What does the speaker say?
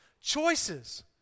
Choices